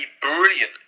brilliant